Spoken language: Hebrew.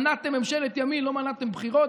מנעתם ממשלת ימין, לא מנעתם בחירות.